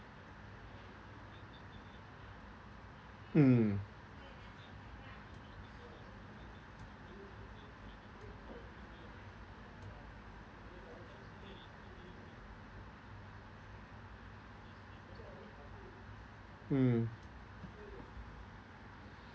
mm mm